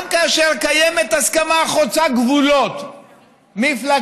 גם כאשר קיימת הסכמה חוצה גבולות מפלגתיים,